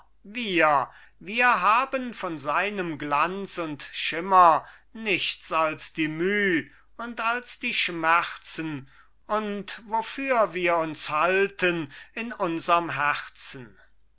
wir wir haben von seinem glanz und schimmer nichts als die müh und als die schmerzen und wofür wir uns halten in unserm herzen